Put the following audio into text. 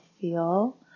feel